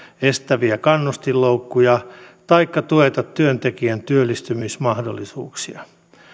estäviä kannustinloukkuja taikka tueta työntekijän työllistymismahdollisuuksia